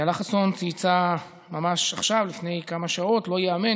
אילה חסון צייצה ממש עכשיו לפני שעות: "לא ייאמן.